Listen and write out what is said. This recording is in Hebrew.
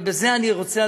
ובזה אני רוצה,